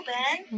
Ben